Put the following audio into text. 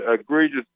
egregious